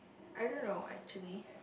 I don't know actually